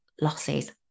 losses